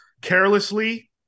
carelessly